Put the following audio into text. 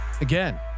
Again